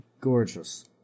gorgeous